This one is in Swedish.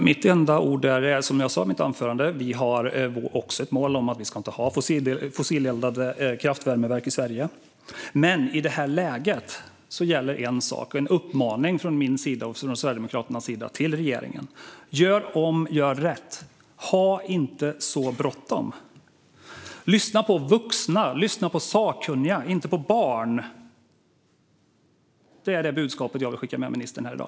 Fru talman! Det är som jag sa i mitt anförande, nämligen att vi också har ett mål att det inte ska finnas fossileldade kraftvärmeverk i Sverige. Men i det här läget gäller en sak, och det är en uppmaning från Sverigedemokraternas och min sida till regeringen, nämligen att göra om och göra rätt. Ha inte så bråttom. Lyssna på vuxna och sakkunniga, inte på barn. Det är budskapet jag skickar med ministern i dag.